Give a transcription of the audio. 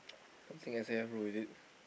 S_A_F bro is it